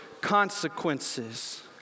consequences